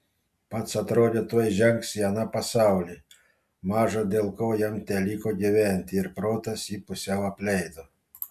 pats atrodė tuoj žengs į aną pasaulį maža dėl ko jam teliko gyventi ir protas jį pusiau apleido